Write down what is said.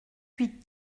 huit